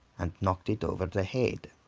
and knocked it over the head.